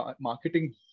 marketing